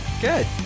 Good